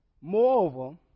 Moreover